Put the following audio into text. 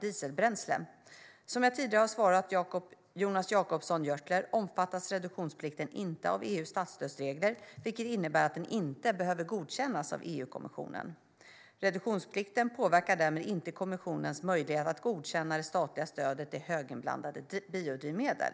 dieselbränsle. Som jag tidigare har svarat Jonas Jacobsson Gjörtler omfattas reduktionsplikten inte av EU:s statsstödsregler, vilket innebär att den inte behöver godkännas av EU-kommissionen. Reduktionsplikten påverkar därmed inte kommissionens möjligheter att godkänna det statliga stödet till höginblandade biodrivmedel.